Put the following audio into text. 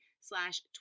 slash